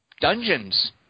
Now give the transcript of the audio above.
Dungeons